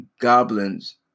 goblins